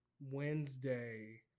wednesday